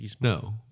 No